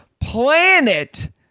planet